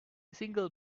single